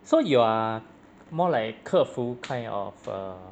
so you are more like 客服 kind of err